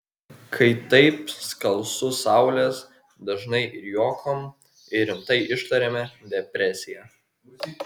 kai taip skalsu saulės dažnai ir juokom ir rimtai ištariame depresija